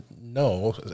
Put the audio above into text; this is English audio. No